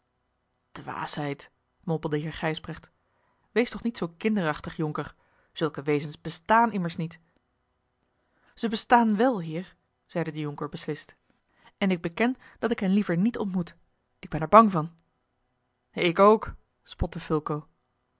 dwaasheid mompelde heer gijsbrecht wees toch niet zoo kinderachtig jonker zulke wezens bestaan immers niet ze bestaan wel heer zeide de jonker beslist en ik beken dat ik hen liever niet ontmoet ik ben er bang van ik ook spotte fulco